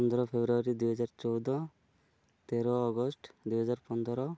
ପନ୍ଦର ଫେବୃଆରୀ ଦୁଇହଜାର ଚଉଦ ତେର ଅଗଷ୍ଟ ଦୁଇହଜାର ପନ୍ଦର